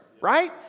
right